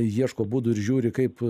ieško būdų ir žiūri kaip